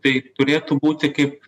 tai turėtų būti kaip